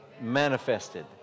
manifested